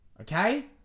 Okay